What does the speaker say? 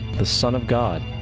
the sun of god,